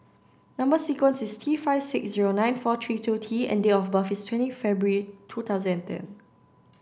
number sequence is T five six zero nine four three two T and date of birth is twenty February two thousand and ten